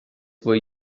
were